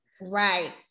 Right